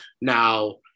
Now